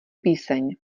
píseň